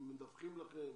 הם מדווחים לכם?